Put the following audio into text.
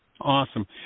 Awesome